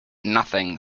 nothing